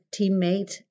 teammate